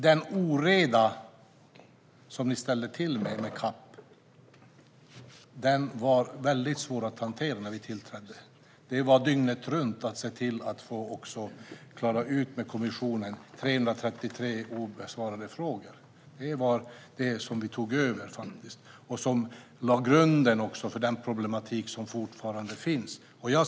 Den oreda som ni ställde till med när det gäller CAP var väldigt svår att hantera när vi tillträdde. Vi fick arbeta dygnet runt med att klara ut 333 obesvarade frågor med kommissionen. Det var det vi tog över och som lade grunden för den problematik som fortfarande finns.